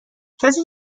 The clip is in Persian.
کسی